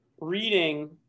reading